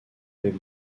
avec